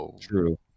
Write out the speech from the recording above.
True